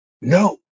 no